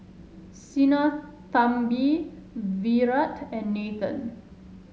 Sinnathamby Virat and Nathan